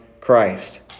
Christ